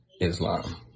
Islam